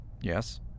Yes